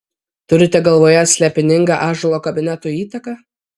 turite galvoje slėpiningą ąžuolo kabineto įtaką